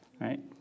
right